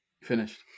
Finished